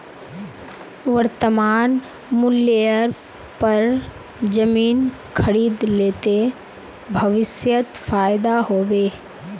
वर्तमान मूल्येर पर जमीन खरीद ले ते भविष्यत फायदा हो बे